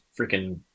freaking